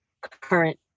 current